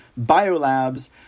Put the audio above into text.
biolabs